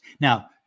Now